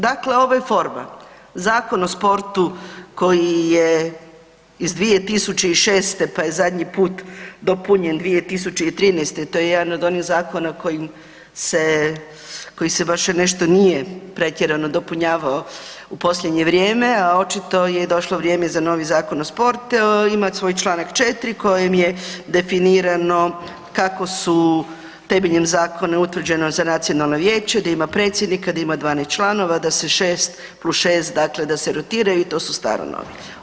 Dakle, ovo je forma Zakon o sportu koji je iz 2006. pa je zadnji put dopunjen 2013. to je jedan od onih zakona koji se baš nešto i nije pretjerano dopunjavao u posljednje vrijeme, a očito je došlo vrijeme za novi Zakon o sportu ima svoj čl. 4. kojim je definirano kako su temeljem zakona utvrđeno za Nacionalno vijeće da ima predsjednika, da ima 12 članova da se šest plus šest dakle da se rotiraju i to su staro-novi.